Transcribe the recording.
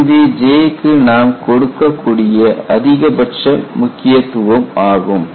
இதுவே J க்கு நாம் கொடுக்கக்கூடிய அதிகபட்ச முக்கியத்துவம் ஆகும்